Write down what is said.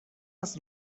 است